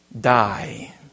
die